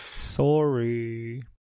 Sorry